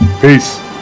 Peace